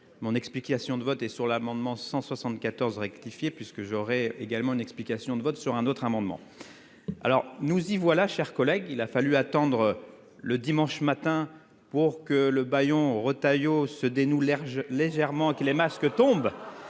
mon explication de vote porte sur l'amendement n° 174 rectifié, puisque j'aurai ensuite une explication sur un autre amendement. Nous y voilà, chers collègues : il a fallu attendre le dimanche matin pour que le bâillon Retailleau se dénoue légèrement et que les masques tombent